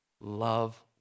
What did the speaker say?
love